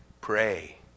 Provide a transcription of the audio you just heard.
Pray